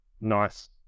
nice